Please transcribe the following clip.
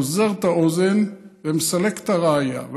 גוזר את האוזן ומסלק את הראיה,